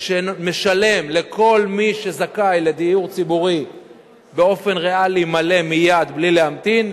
שמשלם לכל מי שזכאי לדיור ציבורי באופן ריאלי מלא מייד בלי להמתין.